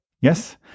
Yes